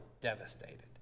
devastated